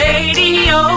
Radio